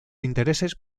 intereses